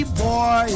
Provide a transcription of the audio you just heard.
boy